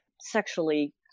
Sexually